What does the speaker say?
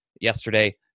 yesterday